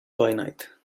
finite